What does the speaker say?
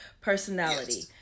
personality